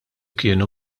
kienu